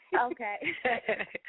Okay